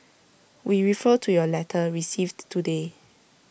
we refer to your letter received today